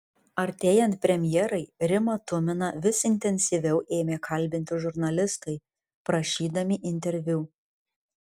artėjant premjerai rimą tuminą vis intensyviau ėmė kalbinti žurnalistai prašydami interviu